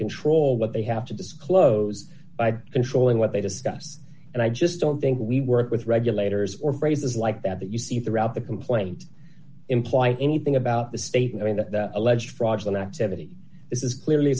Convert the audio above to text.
control what they have to disclose by controlling what they discuss and i just don't think we work with regulators or phrases like that that you see throughout the complaint imply anything about the state i mean the alleged fraudulent activity this is clearly